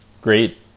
Great